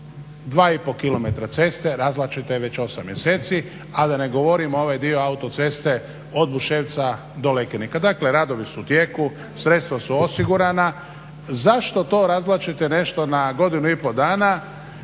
2,5 km ceste razvlačite već 8 mjeseci, a da ne govorim ovaj dio autoceste od Buševca do Lekenika. Dakle, radovi su u tijeku, sredstva su osigurana, zašto to razvlačite nešto na godinu i pol dana